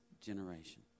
generation